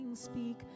Speak